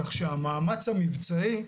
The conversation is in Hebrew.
כך שהמאמץ המבצעי,